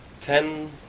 ten